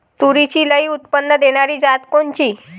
तूरीची लई उत्पन्न देणारी जात कोनची?